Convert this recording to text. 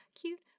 cute